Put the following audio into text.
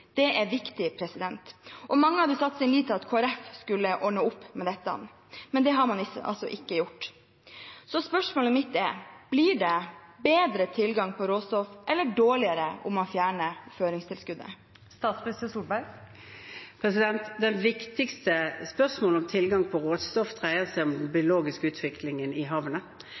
Det er viktig. Mange hadde satt sin lit til at Kristelig Folkeparti skulle ordne opp i dette, men det har de altså ikke gjort. Så spørsmålet mitt er: Blir det bedre eller dårligere tilgang på råstoff om man fjerner føringstilskuddet? Det viktigste spørsmålet om tilgang på råstoff dreier seg om den biologiske utviklingen i havene,